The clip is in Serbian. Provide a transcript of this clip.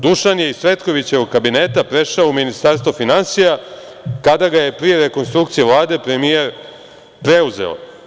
Dušan je iz Cvetkovićevog kabineta prešao u Ministarstvo finansija, kada ga je pri rekonstrukciji Vlade premijer preuzeo.